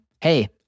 hey